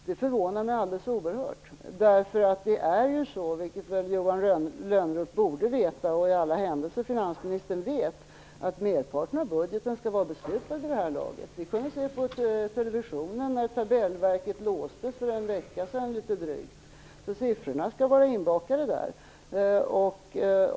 Det förvånar mig alldeles oerhört, därför att det är ju så, vilket Johan Lönnroth borde veta och i alla händelser finansministern vet, att merparten av budgeten skall vara beslutad vid det här laget. Vi kunde se på televisionen att tabellverket låstes för litet drygt en vecka sedan. Siffrorna skall vara inbakade där.